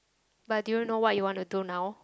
but do you know what you want to do now